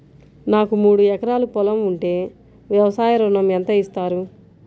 నాకు మూడు ఎకరాలు పొలం ఉంటే వ్యవసాయ ఋణం ఎంత ఇస్తారు?